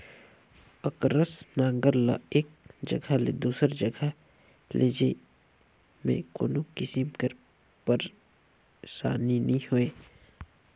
अकरस नांगर ल एक जगहा ले दूसर जगहा लेइजे मे कोनो किसिम कर पइरसानी नी होए